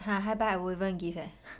!huh! hi bye I wouldn't even give leh